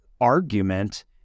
argument